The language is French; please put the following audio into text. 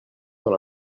dans